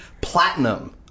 platinum